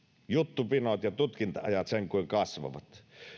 juttupinot ja tutkinta ajat sen kuin kasvavat